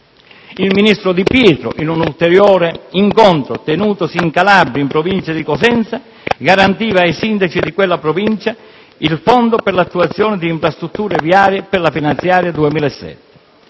Il ministro Di Pietro in un ulteriore incontro tenutosi in Calabria, in provincia di Cosenza, garantiva ai sindaci di quella Provincia il fondo per l'attuazione di infrastrutture viarie per la finanziaria 2006.